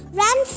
ran